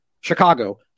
Chicago